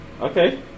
Okay